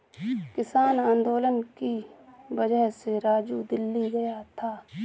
किसान आंदोलन की वजह से राजू दिल्ली गया था